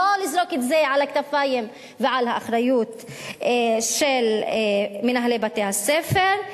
ולא לזרוק את זה על הכתפיים ועל האחריות של מנהלי בתי-הספר,